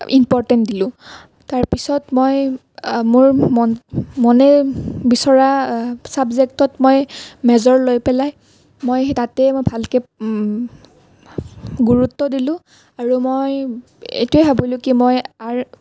important দিলো তাৰ পিছত মই মোৰ মন মনে বিচৰা চাবজেক্টত মই মেজৰ লৈ পেলাই মই তাতে ভালকে গুৰুত্ব দিলোঁ আৰু মই এইটোৱেই ভাবিলো কি মই